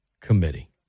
Committee